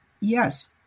yes